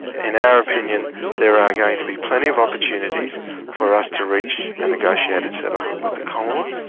in our opinion there are going to be plenty of opportunities for us to reach a negotiated settlement with the commonwealth,